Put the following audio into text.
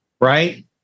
right